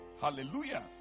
Hallelujah